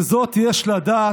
וזאת יש לדעת: